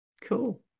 Cool